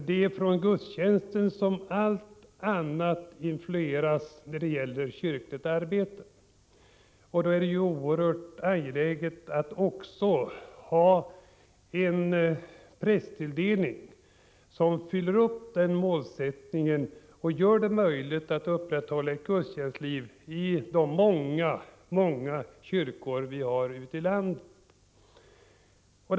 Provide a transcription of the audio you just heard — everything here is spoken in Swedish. Det är ju gudstjänsten som influerar på allt annat kyrkligt arbete. Således är det oerhört angeläget att också ha en prästtilldelning, som svarar mot den målsättningen och som gör det möjligt att upprätthålla ett gudstjänstliv i de väldigt många kyrkor som finns i vårt land.